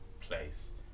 place